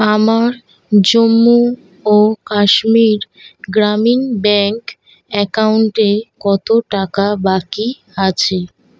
আমার জম্মু ও কাশ্মীর গ্রামীণ ব্যাঙ্ক অ্যাকাউন্টে কত টাকা বাকি আছে